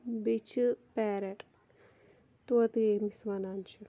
بیٚیہِ چھِ پٮ۪رٹ طوطہٕ ییٚمِس وَنان چھِ